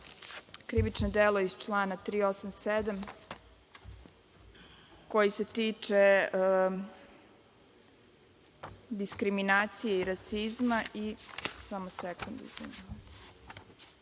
krivično delo iz člana 387. koji se tiče diskriminacije i rasizma.